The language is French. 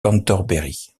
cantorbéry